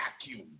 vacuum